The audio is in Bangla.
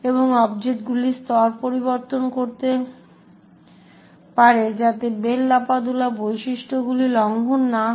এবং অবজেক্টগুলি স্তর পরিবর্তন করতে পারে যাতে বেল লাপাডুলা বৈশিষ্ট্যগুলি লঙ্ঘন না হয়